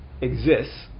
exists